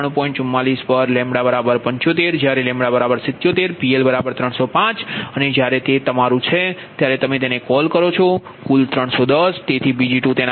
44 પર 75 જ્યારે 77 PL 305 અને જ્યારે તે તમારું છે ત્યારે તમે તેને કોલ કરો છો કુલ 310